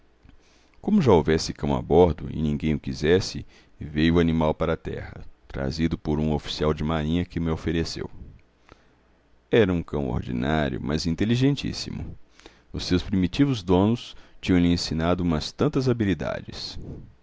como já houvesse cão a bordo e ninguém o quisesse veio o animal para a terra trazido por uni oficial de marinha que mo ofereceu era um cão ordinário mas inteligentíssimo os seus primitivos donos tinham-lhe ensinado umas tantas habilidades